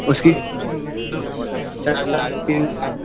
اس کی قیمت ہے چار لاکھ تین لاکھ